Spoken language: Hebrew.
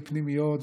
פנימיות,